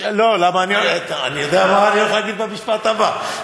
אני יודע מה אני הולך להגיד במשפט הבא.